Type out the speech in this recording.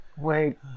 Wait